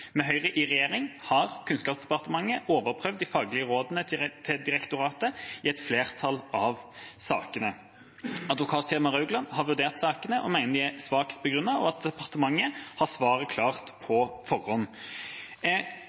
Med Høyre i regjering har Kunnskapsdepartementet overprøvd de faglige rådene til direktoratet i et flertall av sakene. Advokatfirmaet Raugland har vurdert sakene, mener de er svakt begrunnet og at departementet har svaret klart på forhånd.